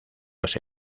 los